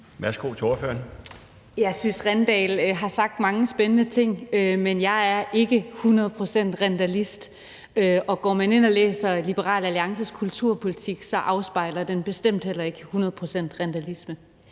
Daugaard (LA): Jeg synes, at Rindal har sagt mange spændende ting, men jeg er ikke hundrede procent rindalist. Og går man ind og læser Liberal Alliances kulturpolitik, afspejler den bestemt heller ikke hundrede procent rindalisme.